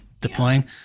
deploying